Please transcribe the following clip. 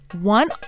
One